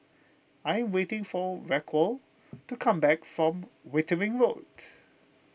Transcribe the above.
I am waiting for Raquel to come back from Wittering Road